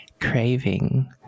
craving